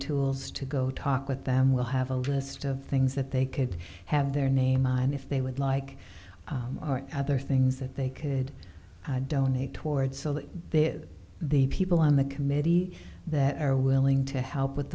tools to go talk with them we'll have a list of things that they could have their name on if they would like other things that they could donate towards so that they're the people on the committee that are willing to help with